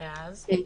ואז?